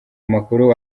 makuru